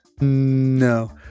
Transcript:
No